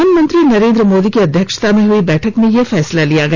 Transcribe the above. प्रधानमंत्री नरेन्द्र मोदी की अध्यक्षता में हई बैठक में यह फैसला लिया गया